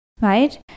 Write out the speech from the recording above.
right